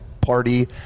party